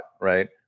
right